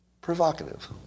Provocative